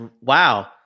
Wow